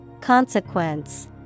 Consequence